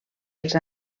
els